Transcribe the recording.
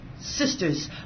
sisters